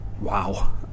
wow